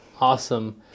Awesome